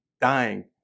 dying